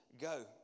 go